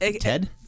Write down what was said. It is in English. Ted